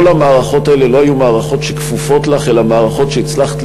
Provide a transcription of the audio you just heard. המערכות האלה לא היו מערכות שכפופות לך אלא מערכות שהצלחת